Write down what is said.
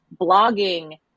blogging